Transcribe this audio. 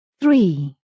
three